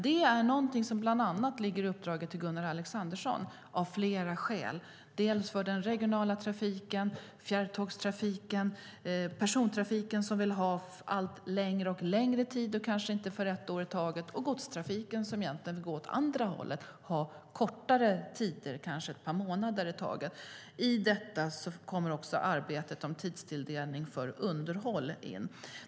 Det är någonting som bland annat ligger i uppdraget till Gunnar Alexandersson, av flera skäl: den regionala trafiken, fjärrtågstrafiken, persontrafiken som vill ha allt längre tid och kanske inte för ett år i taget och godstrafiken som egentligen vill gå åt andra hållet och ha kortare tider, kanske ett par månader i taget. I detta kommer också arbetet om tidstilldelning för underhåll in.